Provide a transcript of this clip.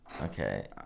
Okay